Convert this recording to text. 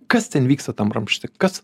kas ten vyksta tam ramšti kas